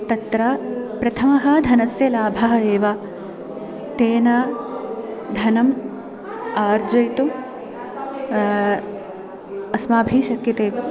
तत्र प्रथमः धनस्य लाभः एव तेन धनम् आर्जयितुम् अस्माभिः शक्यते